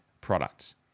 products